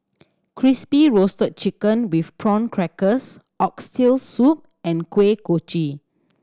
Crispy Roasted Chicken with Prawn Crackers Oxtail Soup and Kuih Kochi